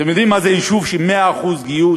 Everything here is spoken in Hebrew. אתם יודעים מה זה יישוב של 100% גיוס?